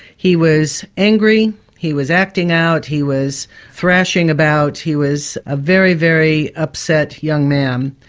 he was angry, he was acting out, he was thrashing about, he was a very, very upset young man.